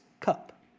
cup